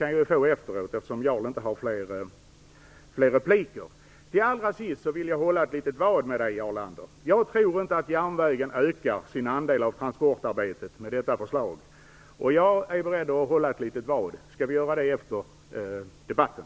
Jag kan få den efteråt, eftersom Jarl Lander nu inte har fler repliker. Allra sist vill jag hålla vad med Jarl Lander. Jag tror inte att järnvägen ökar sin andel av transportarbetet med detta förslag. Jag är beredd att hålla vad: skall vi göra det efter debatten?